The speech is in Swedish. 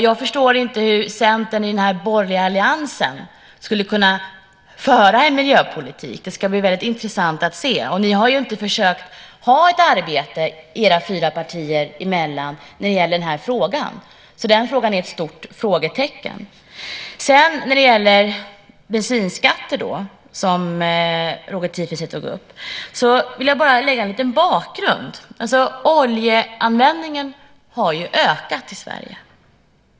Jag förstår därför inte hur Centern i den borgerliga alliansen skulle kunna föra en bra miljöpolitik. Det ska bli väldigt intressant att se. Ni har ju heller inte försökt att ha ett arbete mellan era fyra partier i den här frågan. Den är alltså ett stort frågetecken. När det gäller bensinskatter, som Roger Tiefensee tog upp, vill jag ge en liten bakgrund. Oljeanvändningen har ju ökat i Sverige.